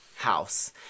house